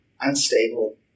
unstable